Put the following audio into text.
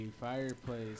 fireplace